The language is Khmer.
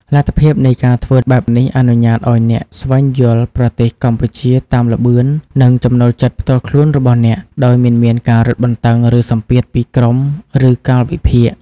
លទ្ធភាពនៃការធ្វើបែបនេះអនុញ្ញាតឱ្យអ្នក ស្វែងយល់ប្រទេសកម្ពុជាតាមល្បឿន និងចំណូលចិត្តផ្ទាល់ខ្លួនរបស់អ្នក ដោយមិនមានការរឹតបន្តឹង ឬសម្ពាធពីក្រុម ឬកាលវិភាគ។